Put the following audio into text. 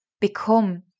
become